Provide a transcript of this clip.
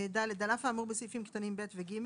(ד)על אף האמור בסעיפים קטנים (ב) ו-(ג),